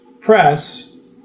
press